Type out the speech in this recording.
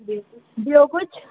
ॿियो कुझु ॿियो कुझु